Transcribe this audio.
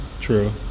True